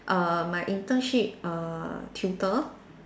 err my internship err tutor